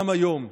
גם היום,